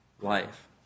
life